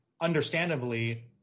understandably